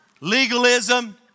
Legalism